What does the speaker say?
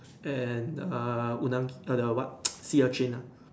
and err unagi and the what sea urchin nah